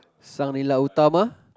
Sang-Nila-Utama